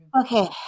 Okay